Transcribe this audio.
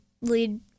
lead